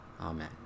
Amen